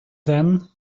then